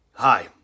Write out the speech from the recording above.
Hi